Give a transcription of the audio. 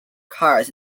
cars